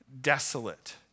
desolate